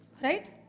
right